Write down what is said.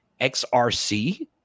XRC